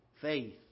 Faith